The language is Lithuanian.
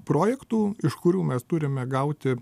projektų iš kurių mes turime gauti